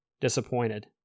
disappointed